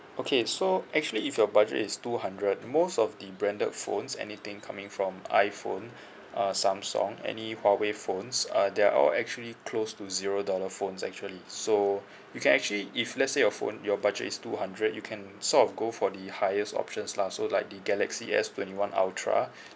okay so actually if your budget is two hundred most of the branded phones anything coming from iphone uh samsung any huawei phones uh they are all actually close to zero dollar phones actually so we can actually if let's say your phone your budget is two hundred you can sort of go for the highest options lah so like the galaxy S twenty one ultra